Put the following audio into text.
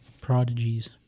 prodigies